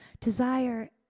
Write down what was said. desire